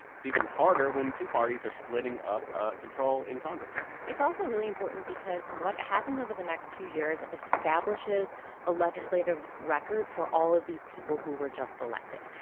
it's even harder when two parties are splitting up ah control in congress it's also really important because what happens over the next two years establishes a legislative record for all of these people who were just elected.